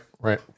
right